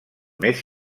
més